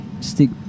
stick